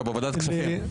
לא, בוועדת כספים.